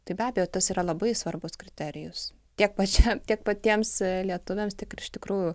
tai be abejo tas yra labai svarbus kriterijus tiek pačiam tiek patiems lietuviams tik ir iš tikrųjų